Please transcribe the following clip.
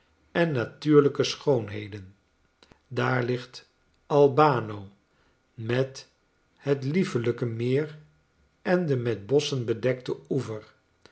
en natuurlijke schoonheden daar ligt al b a n o met het liefelijke meer en den met bosschen bedekten oever